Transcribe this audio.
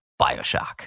Bioshock